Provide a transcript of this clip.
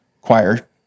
choir